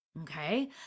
okay